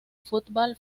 football